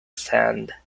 sand